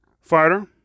fighter